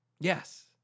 Yes